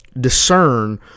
discern